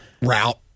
route